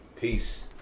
Peace